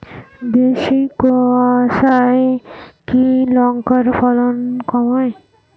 বেশি কোয়াশায় কি লঙ্কার ফলন কমায়?